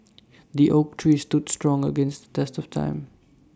the oak tree stood strong against the test of time